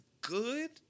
good